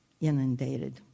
inundated